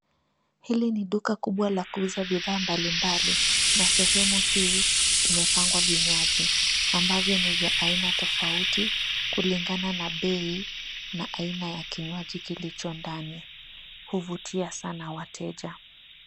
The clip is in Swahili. Hili ni duka kubwa la kuuza bidhaa mbalimbali na sehemu hii imepangwa vinywaji ambavyo ni vya aina tofauti kulingana na bei na aina ya kinywaji kilicho ndani. Huvutia sana wateja.